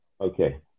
okay